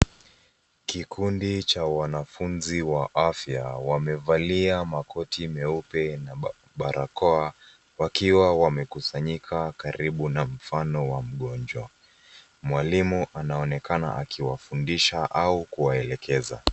Kikundi cha wanafunzi wa afya wamevalia makoti meupe na barakoa wakiwa wamekusanyika karibu na mfano wa mgonjwa. Mwalimu anaonekana akiwafundisha au kuwaelekeza.